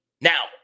Now